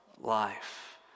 life